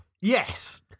Yes